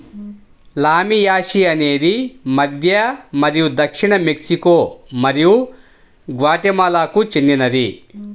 లామియాసి అనేది మధ్య మరియు దక్షిణ మెక్సికో మరియు గ్వాటెమాలాకు చెందినది